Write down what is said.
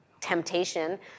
Temptation